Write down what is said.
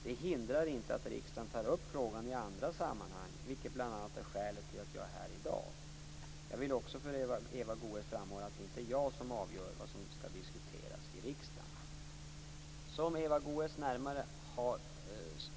Det hindrar inte att risdagen tar upp frågan i andra sammanhang, vilket bl.a. är skälet till att jag är här i dag. Jag vill också för Eva Goës framhålla att det inte är jag som avgör vad som skall diskuteras i riksdagen.